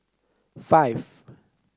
five